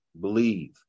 believe